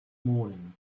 morning